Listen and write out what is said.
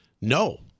no